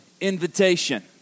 invitation